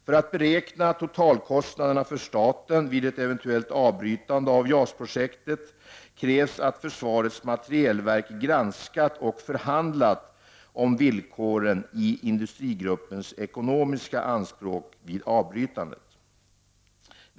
För att beräkna totalkostnaderna för staten vid ett eventuellt avbrytande av JAS-projektet krävs att försvarets materielverk granskat och förhandlat om villkoren i industrigruppens ekonomiska anspråk vid avbrytandet.